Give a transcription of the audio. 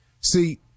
See